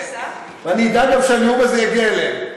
ואני אדאג גם שהנאום הזה יגיע אליהם,